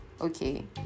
okay